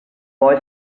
boy